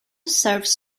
serves